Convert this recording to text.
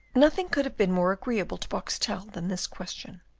nothing could have been more agreeable to boxtel than this question.